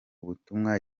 butumwa